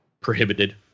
prohibited